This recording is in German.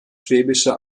schwäbische